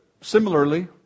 similarly